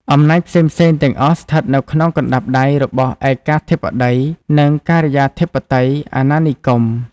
អំណាចផ្សេងៗទាំងអស់ស្ថិតនៅក្នុងកណ្តាប់ដៃរបស់ឯកាធិបតី និងការិយាធិបតេយ្យអាណានិគម។